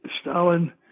Stalin